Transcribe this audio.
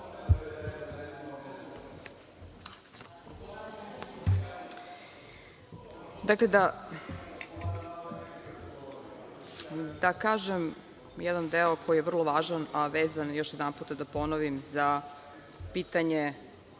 Dakle, da kažem jedan deo koji je vrlo važan, a vezan, još jedanput da ponovim, za pitanje